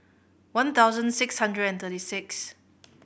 one thousand six hundred and thirty six